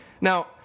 Now